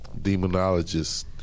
demonologist